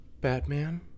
Batman